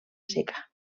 seca